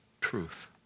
truth